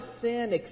sin